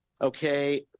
Okay